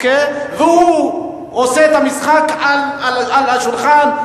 והוא עושה את המשחק על השולחן,